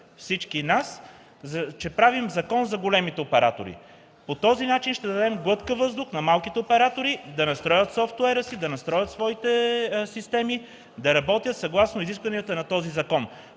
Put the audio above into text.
всички ние, че правим закон за големите оператори. По този начин ще дадем глътка въздух на малките оператори да настроят софтуера си, да настроят своите системи, да работят съгласно изискванията на този закон,